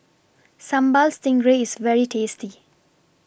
Sambal Stingray IS very tasty